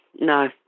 No